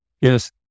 yes